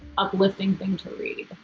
uplifting thing to read.